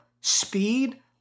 speed